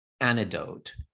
antidote